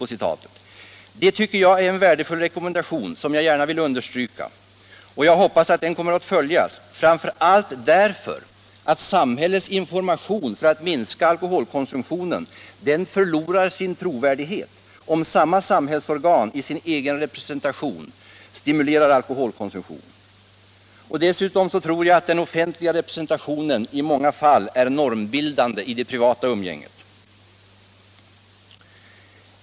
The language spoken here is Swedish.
Det tycker jag är en värdefull rekommendation som jag gärna vill understryka. Jag hoppas att den kommer att följas, framför allt därför att samhällets information för att minska alkoholkonsumtionen förlorar sin trovärdighet om samma samhällsorgan i sin egen representation stimulerar alkoholkonsumtion. Dessutom tror jag att den offentliga representationen i många fall är normbildande i det privata umgänget.